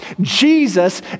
Jesus